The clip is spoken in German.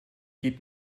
geht